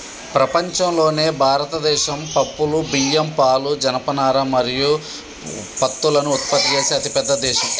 ప్రపంచంలోనే భారతదేశం పప్పులు, బియ్యం, పాలు, జనపనార మరియు పత్తులను ఉత్పత్తి చేసే అతిపెద్ద దేశం